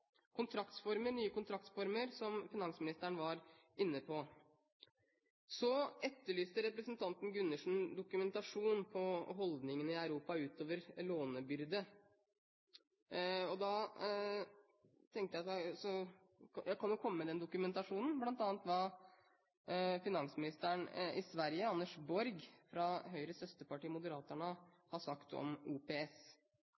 kontraktsformer, som finansministeren var inne på. Så etterlyste representanten Gundersen dokumentasjon på holdningene i Europa over lånebyrde. Jeg kan jo komme med den dokumentasjonen, bl.a. hva finansministeren i Sverige, Anders Borg, fra Høyres søsterparti, Moderaterna,